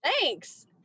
Thanks